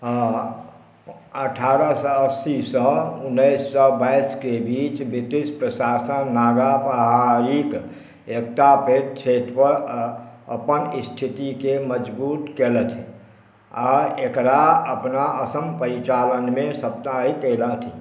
अठारह सए अस्सी सँ उन्नीस सए बाइसके बीच ब्रिटिश प्रशासन नागा पहाड़ीक एकटा पैघ क्षेत्र पर अपन स्थितिके मजबूत केलथि आ एकरा अपना असम परिचालनमे समाहित केलथि